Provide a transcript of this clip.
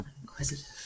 Inquisitive